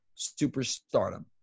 superstardom